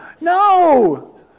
No